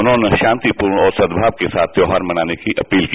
उन्होंने लोगों से शांति पूर्ण और सद्भाव के साथ त्यौहार मनाने की अपील की